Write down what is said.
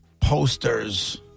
posters